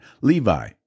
Levi